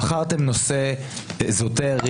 בחרתם נושא אזוטרי,